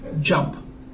jump